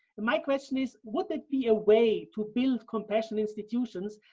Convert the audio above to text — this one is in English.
and my question is would that be a way to build compassionate institutions,